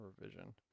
revision